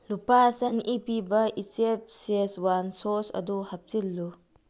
ꯂꯨꯄꯥ ꯆꯥꯅꯤ ꯄꯤꯕ ꯏꯆꯦꯞ ꯆꯦꯁꯋꯥꯟ ꯁꯣꯁ ꯑꯗꯨ ꯍꯥꯞꯆꯤꯜꯂꯨ